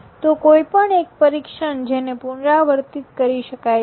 તો કોઈપણ એક પરીક્ષણ જેને પુનરાવર્તિત કરી શકાય છે